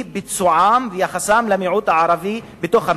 ביצועם ויחסם למיעוט הערבי בתוך המדינה.